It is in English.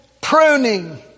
pruning